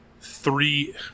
three